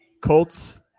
Colts